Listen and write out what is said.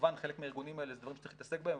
כמובן חלק מהארגונים האלה אלה דברים שצריכים להתעסק בהם,